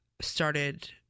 started